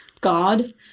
God